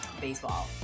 baseball